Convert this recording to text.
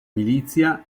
milizia